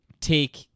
take